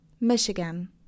Michigan